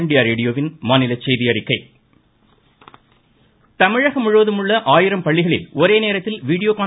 Sengottaiyan voice தமிழகம் முழுவதும் உள்ள ஆயிரம் பள்ளிகளில் ஒரேநேரத்தில் வீடியோ கான்